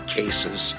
cases